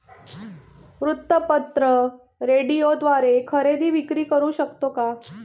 वृत्तपत्र, रेडिओद्वारे खरेदी विक्री करु शकतो का?